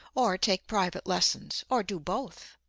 or take private lessons, or do both.